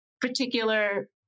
particular